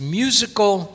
musical